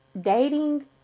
dating